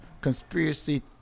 conspiracy